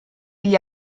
gli